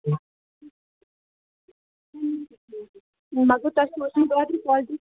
مگر تۄہہِ چھو ٲسۍ مٕتۍ اوٚترٕ آلریڈی